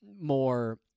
more